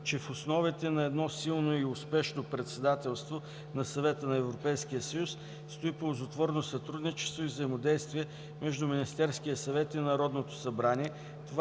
че в основите на едно силно и успешно председателство на Съвета на Европейския съюз стои ползотворно сътрудничество и взаимодействие между Министерския съвет и Народното събрание.